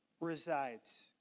resides